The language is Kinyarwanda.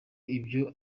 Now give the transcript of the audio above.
ibyo